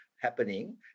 happening